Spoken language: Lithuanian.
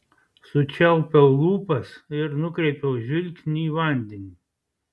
sučiaupiau lūpas ir nukreipiau žvilgsnį į vandenį